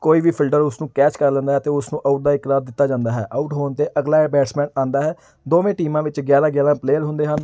ਕੋਈ ਵੀ ਫੀਲਡਰ ਉਸ ਨੂੰ ਕੈਚ ਕਰ ਲੈਂਦਾ ਅਤੇ ਉਸ ਨੂੰ ਆਊਟ ਦਾ ਇਕਰਾਰ ਦਿੱਤਾ ਜਾਂਦਾ ਹੈ ਆਊਟ ਹੋਣ 'ਤੇ ਅਗਲਾ ਬੈਟਸਮੈਨ ਆਉਂਦਾ ਹੈ ਦੋਵੇਂ ਟੀਮਾਂ ਵਿੱਚ ਗਿਆਰਾਂ ਗਿਆਰਾਂ ਪਲੇਅਰ ਹੁੰਦੇ ਹਨ